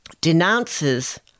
denounces